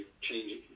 changing